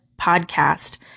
Podcast